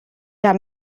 haben